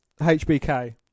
HBK